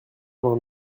vingt